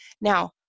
Now